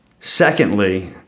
Secondly